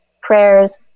Prayers